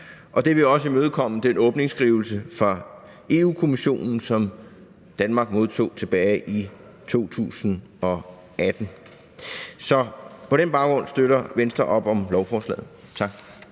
Det vil også imødekomme den åbningsskrivelse fra Europa-Kommissionen, som Danmark modtog tilbage i 2018. På den baggrund støtter Venstre op om lovforslaget. Tak.